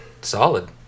Solid